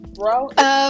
bro